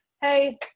hey